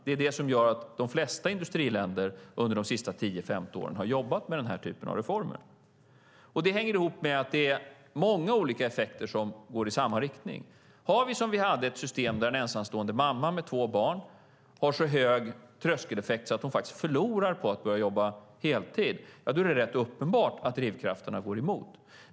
Det är det som gjort att de flesta industriländer under de senaste 10-15 åren jobbat med den typen av reformer. Det hänger ihop med att många olika effekter går i samma riktning. Om vi har ett system, som vi hade tidigare, där en ensamstående mamma med två barn har så hög tröskeleffekt att hon faktiskt förlorar på att jobba heltid är det rätt uppenbart att drivkrafterna går emot.